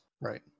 Right